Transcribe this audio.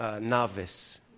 novice